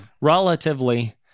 relatively